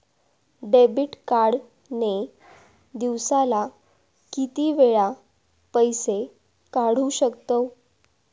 Debit card ने दिवसाला किती वेळा पैसे काढू शकतव?